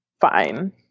fine